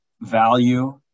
value